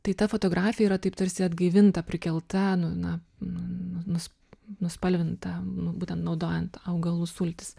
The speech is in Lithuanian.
tai ta fotografija yra taip tarsi atgaivinta prikelta nu na nu nu nus nuspalvinta nu būtent naudojant augalų sultis